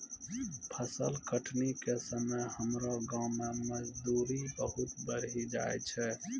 फसल कटनी के समय हमरो गांव मॅ मजदूरी बहुत बढ़ी जाय छै